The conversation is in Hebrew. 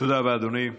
תודה רבה, אדוני.